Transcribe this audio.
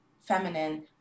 feminine